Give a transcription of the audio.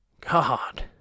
God